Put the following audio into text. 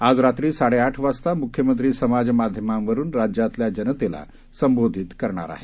आज रात्री साडेआठ वाजता मुख्यमंत्री समाजमाध्यमांवरून राज्यातल्या जनतेला संबोधित करणार आहेत